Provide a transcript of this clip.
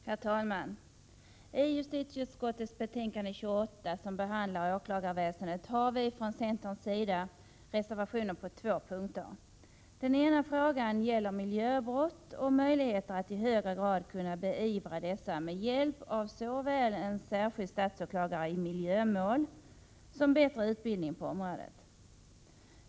Herr talman! I justitieutskottets betänkande 28 som behandlar åklagarväsendet har vi från centerns sida reservationer på två punkter. Den ena frågan gäller miljöbrott och möjligheter att i högre grad beivra dessa med hjälp av såväl en särskild statsåklagare i miljömål som bättre utbildning på området.